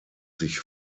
sich